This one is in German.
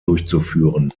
durchzuführen